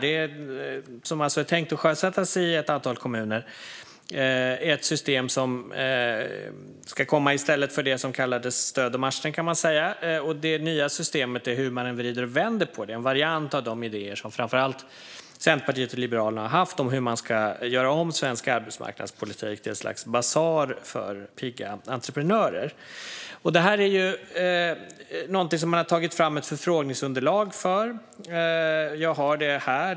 Det som är tänkt att sjösättas i ett antal kommuner är ett system som ska komma i stället för det som kallades stöd och matchning, kan man säga. Det nya systemet är, hur man än vrider och vänder på det, en variant av de idéer som framför allt Centerpartiet och Liberalerna har haft om hur man ska göra om svensk arbetsmarknadspolitik till ett slags basar för pigga entreprenörer. Det här är någonting som man har tagit fram ett förfrågningsunderlag för. Jag har det här.